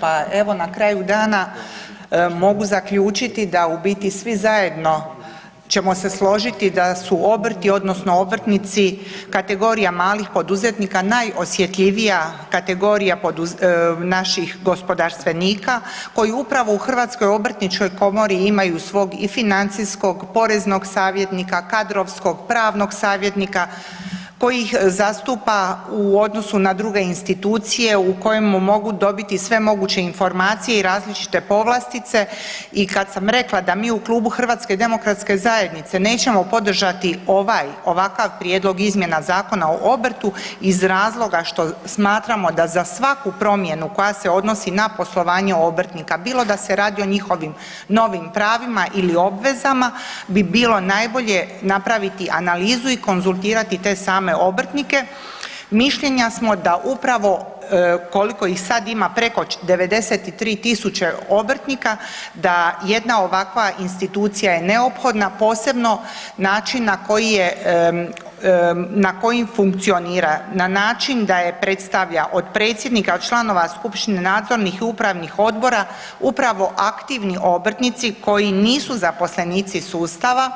Pa evo na kraju dana, mogu zaključiti da u biti svi zajedno ćemo se složiti da su obrti odnosno obrtnici kategorija malih poduzetnika, najosjetljivija kategorija naših gospodarstvenika koji upravo u HOK-u imaju svog i financijskog, poreznog savjetnika, kadrovskog, pravnog savjetnika koji ih zastupa u odnosu na druge institucije u kojima mogu dobiti sve moguće informacije i različite povlastice i kad sam rekla da mi u klubu HDZ-a nećemo podržati ovaj, ovakav prijedlog izmjena Zakona o obrtu iz razloga što smatramo da za svaku promjenu koja se odnosi na poslovanje obrtnika, bilo da se radi o njihovim novim pravima ili obvezama, bi bilo najbolje napraviti analizu i konzultirati te same obrtnike, mišljenja smo da upravo koliko ih ad preko 93 000 obrtnika, da jedna ovakva institucija je neophodna, posebno način na koji funkcionira, na način da je predstavlja od predsjednika, od članova, skupštine, nadzornih, upravnih odbora, upravo aktivni obrtnici koji nisu zaposlenici sustava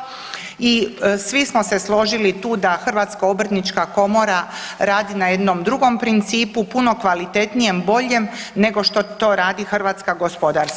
i svi smo se složili tu da HOK radi na jednom drugom principu, puno kvalitetnijem, bolje nego što to radi HGK.